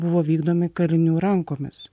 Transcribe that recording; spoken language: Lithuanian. buvo vykdomi kalinių rankomis